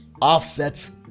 offsets